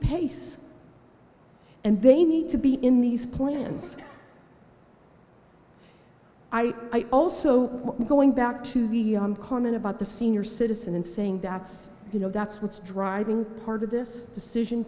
pace and they need to be in these plants i also going back to the comment about the senior citizen and saying that's you know that's what's driving part of this decision